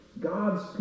god's